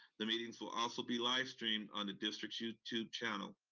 the meetings will also be live streamed on the district's youtube channel.